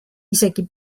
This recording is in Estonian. isegi